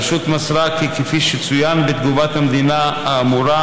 הרשות מסרה כי כפי שצוין בתגובת המדינה האמורה,